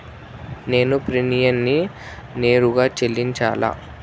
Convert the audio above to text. నేను ప్రీమియంని నేరుగా చెల్లించాలా?